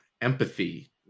empathy